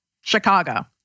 Chicago